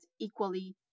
equally